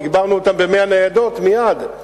ותגברנו אותם ב-100 ניידות מייד,